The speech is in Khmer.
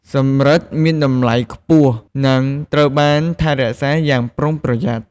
សំរឹទ្ធិមានតម្លៃខ្ពស់ និងត្រូវបានថែរក្សាយ៉ាងប្រុងប្រយ័ត្ន។